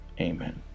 amen